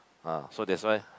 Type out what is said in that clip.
ah so that's why